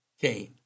Cain